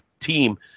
team